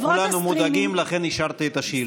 אנחנו כולנו מודאגים, לכן אישרתי את השאילתה.